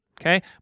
okay